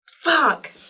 Fuck